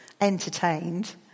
entertained